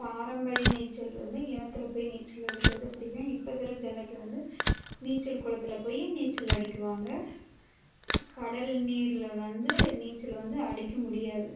பாரம்பரிய நீச்சல் வந்து கிணத்துல போய் நீச்சல் அடிக்கிறது பிடிக்கும் இப்போ இருக்க ஜென்னட் வந்து நீச்சல் குளத்துல போயி நீச்சல் அடிக்குவாங்க கடல் நீரில் வந்து நீச்சல் வந்து அடிக்க முடியாது